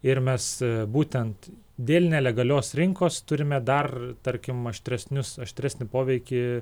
ir mes būtent dėl nelegalios rinkos turime dar tarkim aštresnius aštresnį poveikį